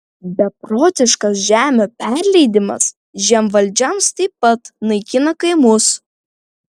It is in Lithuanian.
beprotiškas žemių perleidimas žemvaldžiams taip pat naikina kaimus